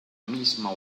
misma